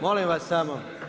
Molim vas samo.